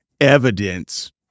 Evidence